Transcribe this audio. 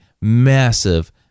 massive